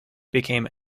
became